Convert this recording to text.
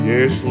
Yes